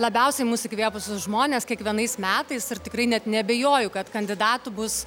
labiausiai mus įkvėpusius žmones kiekvienais metais ir tikrai net neabejoju kad kandidatų bus